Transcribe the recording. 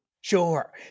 Sure